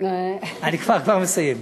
אני כבר מסיים.